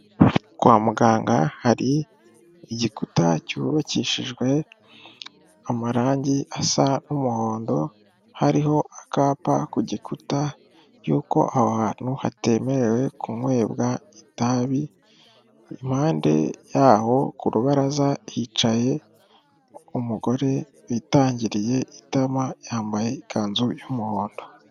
Kwa muganga hari igikuta cyubakishijwe amarangi asa n'umuhondo hariho akapa ku gikuta y'uko aho hantu hatemerewe kunywebwa itabi, impande yaho ku rubaraza hicaye umugore witangiriye itama yambaye ikanzu y'umuhondo.